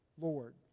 Lord